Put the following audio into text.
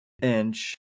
inch